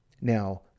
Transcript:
now